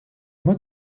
mot